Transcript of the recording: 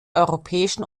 europäischen